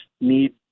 need